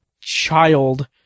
child